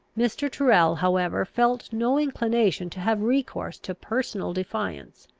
mr. tyrrel, however, felt no inclination to have recourse to personal defiance.